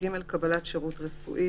(ג)קבלת שירות רפואי,